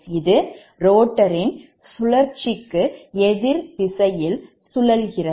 இது rotarரின் சுழற்சிக்கு எதிர்திசையில் சுழல்கிறது